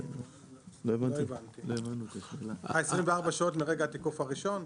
לא הבנתי, 24 שעות מרגע התיקוף הראשון?